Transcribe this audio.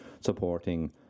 supporting